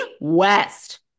West